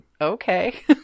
okay